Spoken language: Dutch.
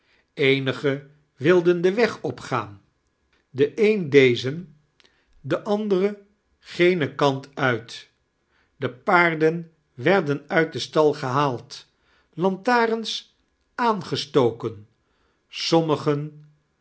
eenigen wilden den weg opgaan de een dezein kerstvertellingen de ander genen kant uit de paarden werden uit den stal gehaald lantarens aangestoken siommigen